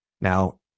Now